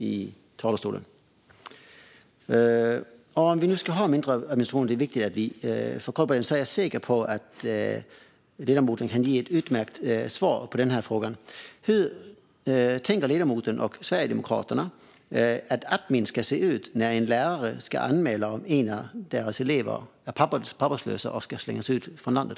För att vi ska få mindre administration är det viktigt att ha koll, och jag är säker på att ledamoten kan ge ett utmärkt svar på denna fråga: Hur tänker ledamoten och Sverigedemokraterna att administrationen ska se ut när en lärare ska anmäla att en av deras elever är papperslös och ska slängas ut från landet?